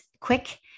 quick